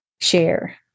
share